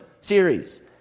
series